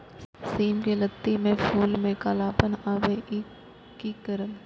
सिम के लत्ती में फुल में कालापन आवे इ कि करब?